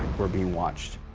we're being watched.